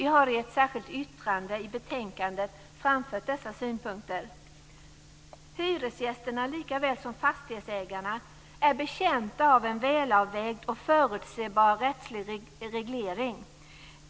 Vi har i ett särskilt yttrande i betänkandet framfört dessa synpunkter. Hyresgästerna är likaväl som fastighetsägarna betjänta av en välavvägd och förutsebar rättslig reglering.